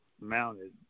mounted